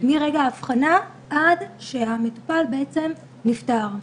מרגע האבחנה עד שהמטופל בעצם נפטר.